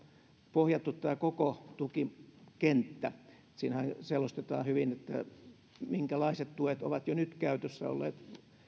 pohjattu tämä koko tukikenttä siinähän selostetaan hyvin minkälaiset tuet ovat jo nyt käytössä olleet